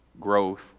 growth